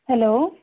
hello